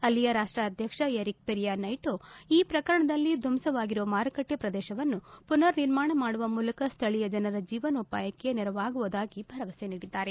ಅಲ್ಲಿಯ ರಾಷ್ಟಾಧ್ವಕ್ಷ Enrique Pena Nieto ಈ ಪ್ರಕರಣದಲ್ಲಿ ಧ್ವಂಸವಾಗಿರುವ ಮಾರುಕಟ್ಟೆ ಪ್ರದೇಶವನ್ನು ಪುನರ್ ನಿರ್ಮಾಣ ಮಾಡುವ ಮೂಲಕ ಸ್ವಳೀಯ ಜನರ ಜೀವನೋಪಾಯಕ್ಕೆ ನೆರವಾಗುವುದಾಗಿ ಭರವಸೆ ನೀಡಿದ್ದಾರೆ